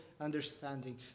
understanding